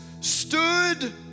stood